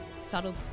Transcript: subtle